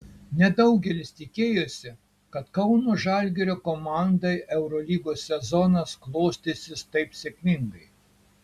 nedaugelis tikėjosi kad kauno žalgirio komandai eurolygos sezonas klostysis taip sėkmingai